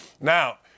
Now